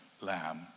lamb